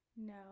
No